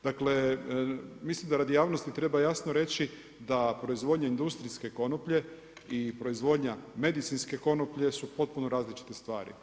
Dakle, mislim da radi javnosti treba jasno reći da proizvodnja industrijske konoplje i proizvodnja medicinske konoplje su potpuno različite stvari.